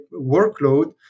workload